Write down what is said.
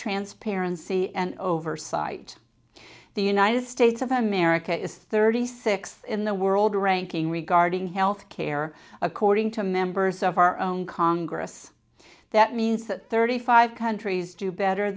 transparency and oversight the united states of america is thirty six in the world ranking regarding health care according to members of our own congress that means that the five countries do better